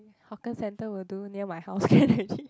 hawker center will do near my house can already